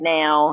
now